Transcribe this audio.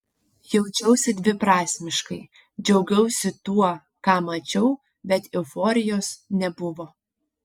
jaučiausi dviprasmiškai džiaugiausi tuo ką mačiau bet euforijos nebuvo